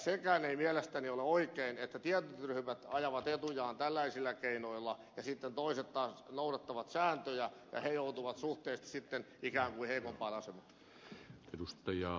sekään ei mielestäni ole oikein että tietyt ryhmät ajavat etujaan tällaisilla keinoilla ja sitten toiset taas noudattavat sääntöjä ja joutuvat suhteellisesti ikään kuin heikompaan asemaan